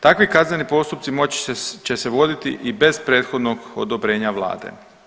Takvi kazneni postupci moći će se voditi i bez prethodnog odobrenja Vlade.